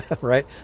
right